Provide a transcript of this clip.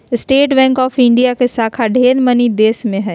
state Bank of India के शाखा ढेर मनी देश मे भी हय